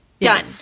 Done